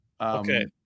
Okay